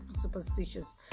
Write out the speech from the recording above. superstitious